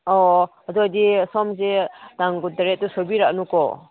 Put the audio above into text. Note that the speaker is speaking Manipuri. ꯑꯣ ꯑꯗꯣ ꯑꯣꯏꯔꯗꯤ ꯁꯣꯝꯁꯦ ꯇꯥꯡ ꯀꯨꯟꯇꯔꯦꯠꯇ ꯁꯣꯏꯕꯤꯔꯛꯑꯅꯨꯀꯣ